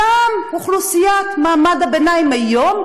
אותה אוכלוסיית מעמד הביניים היום,